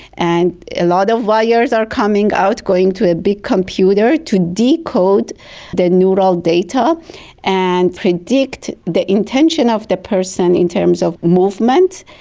and a lot of wires are coming out, going to a big computer to decode the neural data and predict the intention of the person in terms of movement,